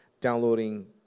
downloading